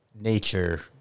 nature